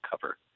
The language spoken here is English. cover